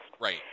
Right